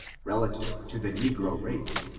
relative to the negro race,